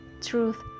truth